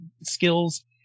skills